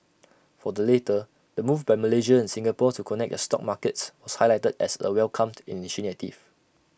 for the latter the move by Malaysia and Singapore to connect their stock markets was highlighted as A welcomed initiative